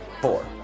four